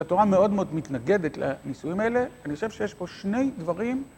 התורה מאוד מאוד מתנגדת לנישואים האלה, אני חושב שיש פה שני דברים...